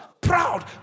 Proud